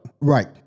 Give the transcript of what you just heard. Right